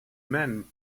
men